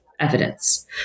evidence